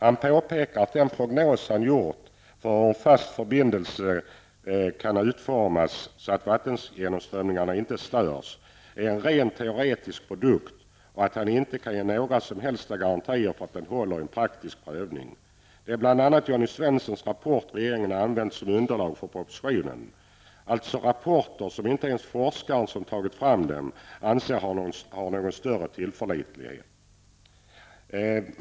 Han påpekar att den prognos som han har gjort, för hur en fast förbindelse kan utformas så att vattengenomströmningarna inte störs, är en rent teoretisk produkt, och att han inte kan ge några som helst garantier för att den håller i en praktisk prövning. Det är bl.a. Jonny Svenssons rapporter regeringen har använt som underlag för propositionen. Det är alltså rapporter som inte ens forskaren som tagit fram dem anser ha någon större tillförlitlighet.